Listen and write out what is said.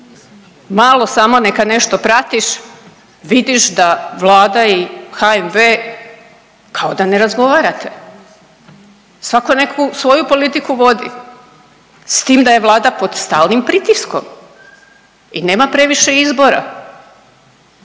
Malo samo neka nešto pratiš vidiš da Vlada i HNB kao da ne razgovarate. Svatko neku svoju politiku vodi, s tim da je Vlada pod stalnim pritiskom i nema previše izbora.